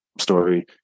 story